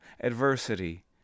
Adversity